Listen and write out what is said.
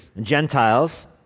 Gentiles